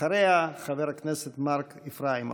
אחריה, מרק איפראימוב.